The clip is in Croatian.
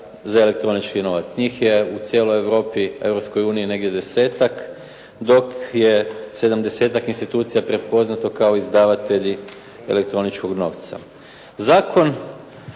za elektronički novac. Njih je u cijeloj Europi, Europskoj uniji negdje desetak, dok je sedamdesetak institucija prepoznato kao izdavatelji elektroničkog novca.